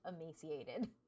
emaciated